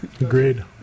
Agreed